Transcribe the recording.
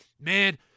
man